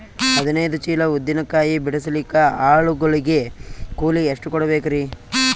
ಹದಿನೈದು ಚೀಲ ಉದ್ದಿನ ಕಾಯಿ ಬಿಡಸಲಿಕ ಆಳು ಗಳಿಗೆ ಕೂಲಿ ಎಷ್ಟು ಕೂಡಬೆಕರೀ?